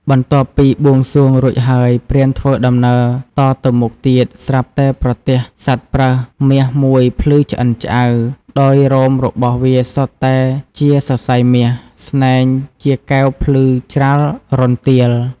បន្ទាប់ពីបួងសួងរួចហើយ ព្រានធ្វើដំណើរតទៅមុខទៀត ស្រាប់តែប្រទះសត្វប្រើសមាសមួយភ្លឺឆ្អិនឆ្អៅ ដោយរោមរបស់វាសុទ្ធតែជាសរសៃមាស ស្នែងជាកែវភ្លឺច្រាលរន្ទាល។